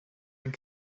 and